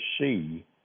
see